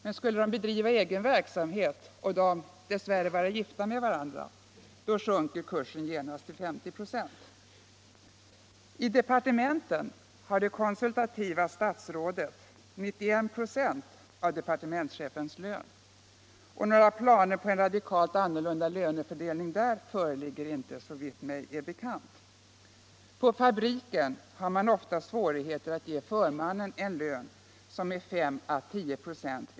Men skulle de bedriva egen — ning verksamhet och dess värre vara gifta med varandra sjunker kursen genast till 50 "+. Om utskottsmajoriteten får som den vill. I departementen har det konsultativa statsrådet 91 "> av departementschefens lön — och några planer på en radikalt annorlunda lönefördelning där föreligger inte, såvitt mig är bekant. På fabriken har man ofta svårigheter att ge förmannen en lön som med Så 10".